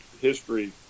history